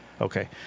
Okay